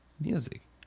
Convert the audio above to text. music